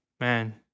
Man